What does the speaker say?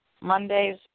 Mondays